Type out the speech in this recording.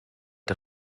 der